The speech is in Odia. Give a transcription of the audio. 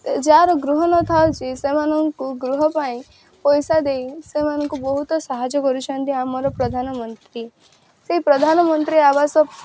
ଯାହାର ଗୃହ ନଥାଉଛି ସେମାନଙ୍କୁ ଗୃହ ପାଇଁ ପଇସା ଦେଇ ସେମାନଙ୍କୁ ବହୁତ ସାହାଯ୍ୟ କରୁଛନ୍ତି ଆମର ପ୍ରଧାନମନ୍ତ୍ରୀ ସେଇ ପ୍ରଧାନମନ୍ତ୍ରୀ ଆବାସ